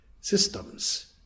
systems